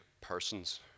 persons